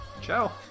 Ciao